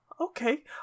Okay